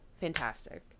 fantastic